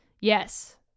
Yes